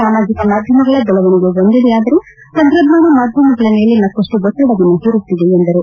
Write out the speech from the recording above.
ಸಾಮಾಜಿಕ ಮಾಧ್ಯಮಗಳ ಬೆಳವಣಿಗೆ ಒಂದೆಡೆಯಾದರೆ ತಂತ್ರಜ್ವಾನ ಮಾಧ್ಯಮಗಳ ಮೇಲೆ ಮತ್ತಷ್ಟು ಒತ್ತಡವನ್ನು ಹೇರುತ್ತಿದೆ ಎಂದರು